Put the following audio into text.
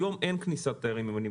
היום אין כניסת תיירים.